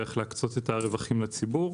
ואיך להקצות את הרווחים לציבור.